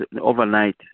overnight